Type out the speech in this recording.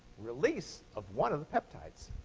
release of one of the peptides.